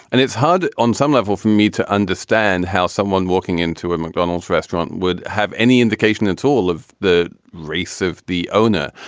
and it's hard on some level for me to understand how someone walking into a mcdonald's restaurant would have any indication and at all of the race of the owner.